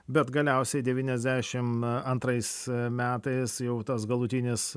bet galiausiai devyniasdešimt antrais metais jau tas galutinis